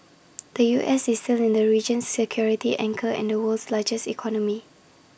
the U S is still the region's security anchor and the world's largest economy